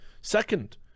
Second